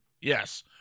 Yes